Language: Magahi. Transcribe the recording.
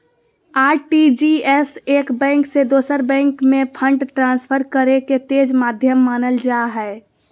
आर.टी.जी.एस एक बैंक से दोसर बैंक में फंड ट्रांसफर करे के तेज माध्यम मानल जा हय